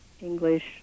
English